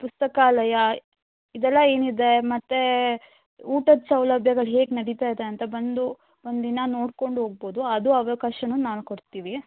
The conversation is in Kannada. ಪುಸ್ತಕಾಲಯ ಇದೆಲ್ಲ ಏನಿದೆ ಮತ್ತು ಊಟದ ಸೌಲಭ್ಯಗಳು ಹೇಗೆ ನಡೀತಾ ಇದೆ ಅಂತ ಬಂದು ಒಂದಿನ ನೋಡ್ಕೊಂಡು ಹೋಗ್ಬೋದು ಅದು ಅವಕಾಶನೂ ನಾನು ಕೊಡ್ತೀವಿ